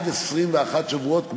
מעבר לעשרה שבועות ועד 21 שבועות,